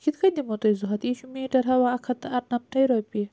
بہٕ کِتھ کٔنۍ دِمہو تۄہہِ زٕ ہَتھ یہِ چھُ میٹر ہاوان اکھ ہتھ تہٕ ارنَمتے رۄپیہِ